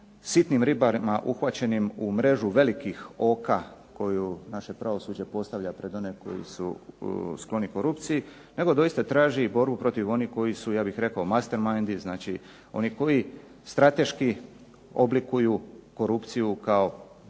sitnim ribarima uhvaćenim u mrežu velikih oka koje naše pravosuđe postavlja pred one koji su skloni korupciji nego doista traži borbu protiv onih koji su, ja bih rekao, "master mindsi", znači oni koji strateški oblikuju korupciju kao